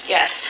Yes